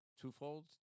twofold